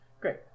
Great